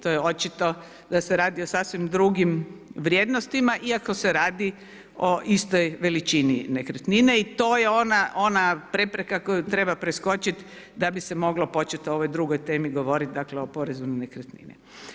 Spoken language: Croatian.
To je očito da se radi o sasvim drugim vrijednostima iako se radi o istoj veličini nekretnine i to je ona prepreka koju treba preskočit da bi se moglo počet o ovoj drugoj temi govorit dakle o porezu na nekretnine.